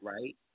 right